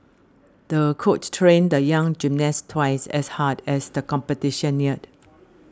the coach trained the young gymnast twice as hard as the competition neared